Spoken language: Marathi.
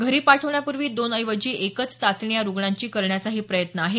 घरी पाठवण्यापूर्वी दोन ऐवजी एकच चाचणी या रुग्णांची करण्याचाही प्रयत्न आहे